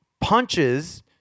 punches